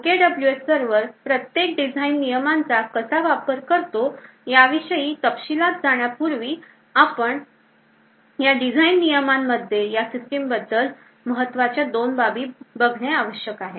OKWS server प्रत्येक design नियमांचा कसा वापर करतो याविषयी तपशीलात जाण्यापूर्वी या डिझाइन नियमांमध्ये आपण या सिस्टीम बद्दल महत्त्वाच्या दोन बाबी बघणे आवश्यक आहे